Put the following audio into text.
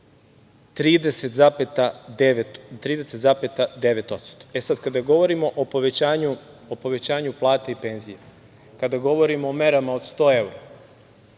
30,9%.E, sada, kada govorimo o povećanju plata i penzija, kada govorimo o merama od 100 evra,